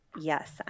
Yes